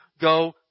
go